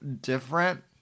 different